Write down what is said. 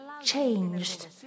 Changed